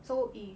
so if